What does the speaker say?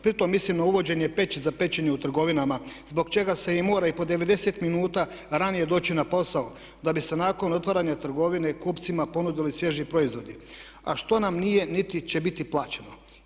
Pritom mislim na uvođenje peći za pečenje u trgovinama zbog čega se i mora i po 90 minuta ranije doći na posao da bi se nakon otvaranja trgovine kupcima ponudili svježi proizvodi a što nam nije niti će biti plaćeno.